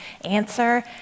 answer